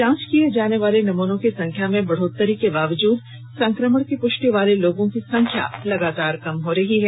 जांच किए जाने वाले नमूनों की संख्या में बढ़ोतरी के बावजूद संक्रमण की पुष्टि वाले लोगों की संख्या लगातार कम हो रही है